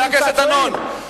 חבר הכנסת דנון,